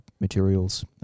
materials